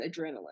adrenaline